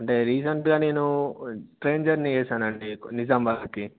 అంటే రీసెంట్గా నేను ట్రైన్ జర్నీ చేశానండి నిజాంబాద్కి